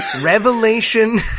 revelation